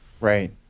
Right